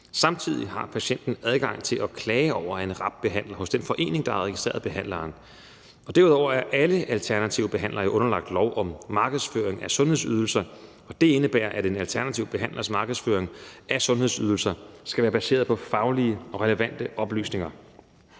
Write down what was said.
Samtidig har patienten adgang til at klage over en RAB-behandler hos den forening, der har registreret behandleren. Derudover er alle alternative behandlere jo underlagt lov om markedsføring af sundhedsydelser, og det indebærer, at en alternativ behandlers markedsføring af sundhedsydelser skal være baseret på faglige og relevante oplysninger,